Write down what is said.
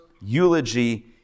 eulogy